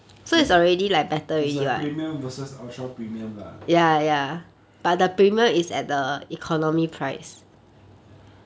it is like premium versus ultra premium lah